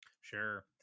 Sure